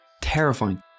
Terrifying